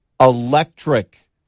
electric